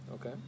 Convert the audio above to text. Okay